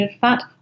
fat